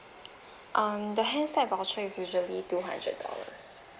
um the handset voucher is usually two hundred dollars